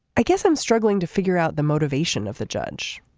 i guess i'm struggling to figure out the motivation of the judge